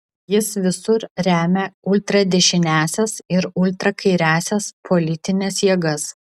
jis visur remia ultradešiniąsias ir ultrakairiąsias politines jėgas